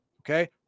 Okay